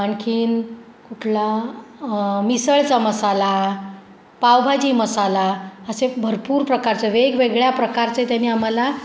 आणखी कुठला मिसळचा मसाला पावभाजी मसाला असे भरपूर प्रकारचे वेगवेगळ्या प्रकारचे त्यांनी आम्हाला